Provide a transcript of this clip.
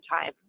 time